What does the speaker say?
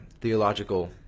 theological